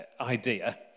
idea